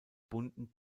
bunten